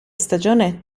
stagione